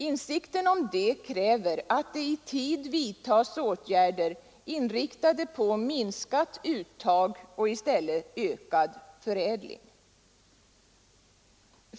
Insikten om det kräver att man i tid vidtar åtgärder, inriktade på minskat uttag och i stället ökad förädling.